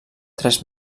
tres